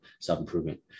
self-improvement